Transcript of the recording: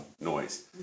noise